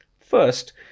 First